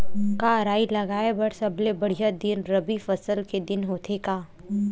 का राई लगाय बर सबले बढ़िया दिन रबी फसल के दिन होथे का?